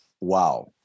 Wow